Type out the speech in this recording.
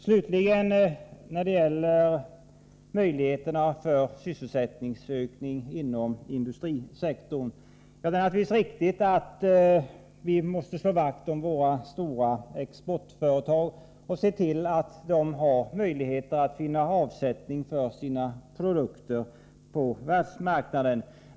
När det slutligen gäller möjligheterna att öka sysselsättningen inom industrisektorn är det naturligtvis alldeles riktigt att vi måste slå vakt om våra stora exportföretag och se till att dessa har möjligheter att finna avsättning för sina produkter på världsmarknaden.